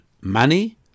money